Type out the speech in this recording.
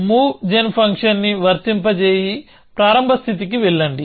move gen ఫంక్షన్ని వర్తింపజేయి ప్రారంభ స్థితికి వెళ్లండి